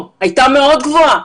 היא הייתה מאוד גבוהה.